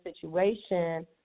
situation